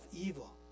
evil